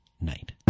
night